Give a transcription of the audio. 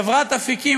חברת "אפיקים",